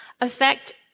affect